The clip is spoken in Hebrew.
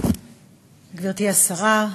גברתי השרה,